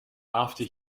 after